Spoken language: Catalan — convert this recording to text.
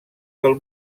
del